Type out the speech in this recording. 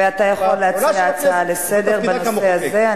ואתה יכול להציע הצעה לסדר-היום בנושא הזה.